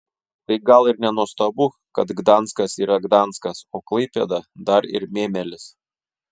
tai gal ir nenuostabu kad gdanskas yra gdanskas o klaipėda dar ir mėmelis